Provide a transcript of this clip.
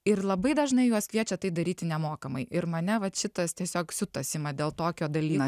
ir labai dažnai juos kviečia tai daryti nemokamai ir mane vat šitas tiesiog siutas ima dėl tokio dalyko